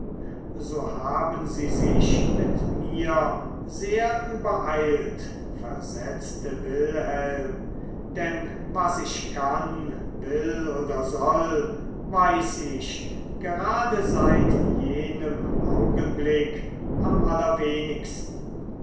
so haben sie sich mit mir sehr übereilt versetzte wilhelm denn was ich kann will oder soll weiß ich gerade seit jenem augenblick am allerwenigsten